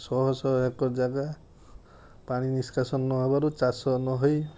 ଶହ ଶହ ଏକର ଜାଗା ପାଣି ନିଷ୍କାସନ ନ ହେବାରୁ ଚାଷ ନ ହେଇ